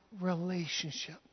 relationship